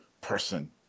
person